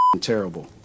terrible